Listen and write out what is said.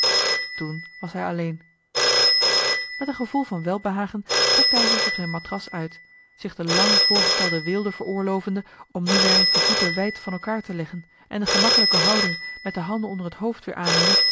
toen was hij alleen met een gevoel van welbehagen strekte hij zich op zijn matras uit zich de lang voorgestelde weelde veroorlovende om nu weer eens de voeten wijd van elkaar te leggen en de gemakkelijke houding met de handen onder het hoofd weer aannemend